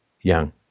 young